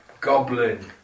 Goblin